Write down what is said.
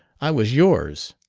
i was yours!